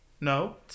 No